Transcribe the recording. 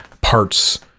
parts